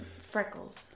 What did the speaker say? freckles